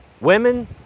Women